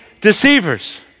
deceivers